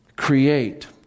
Create